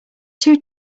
two